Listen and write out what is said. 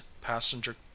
passenger